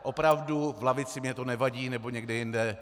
Opravdu v lavici mně to nevadí, nebo někde jinde.